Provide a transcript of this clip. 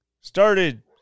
started